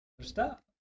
stop